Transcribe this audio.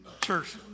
church